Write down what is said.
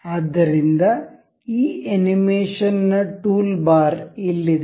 ಆದ್ದರಿಂದ ಈ ಅನಿಮೇಷನ್ನ ಟೂಲ್ಬಾರ್ ಇಲ್ಲಿದೆ